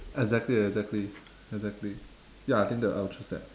exactly exactly exactly ya I think that I will choose that